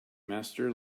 master